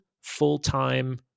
full-time